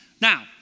Now